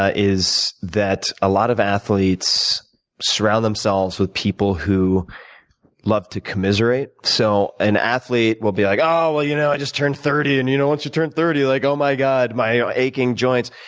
ah is that a lot of athletes surround themselves with people who love to commiserate so an athlete will be like, oh, well, you know, i just turned thirty and you know once you turn thirty, like, oh, my god, my aching joints.